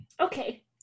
Okay